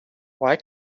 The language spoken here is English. why